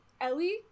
Ellie